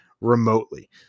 remotely